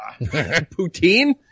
Poutine